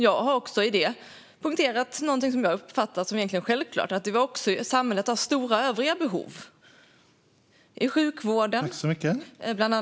Jag har också poängterat någonting som jag egentligen uppfattar som självklart, nämligen att samhället också har stora övriga behov, bland annat inom sjukvården.